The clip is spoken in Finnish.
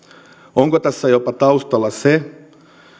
onko tässä taustalla jopa se